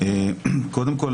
קודם כול,